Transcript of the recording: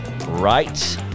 right